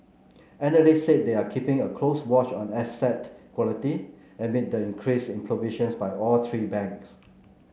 analysts said they are keeping a close watch on asset quality amid the increase in provisions by all three banks